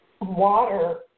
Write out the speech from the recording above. water